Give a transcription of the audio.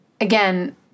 again